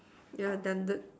yeah done